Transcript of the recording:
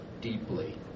deeply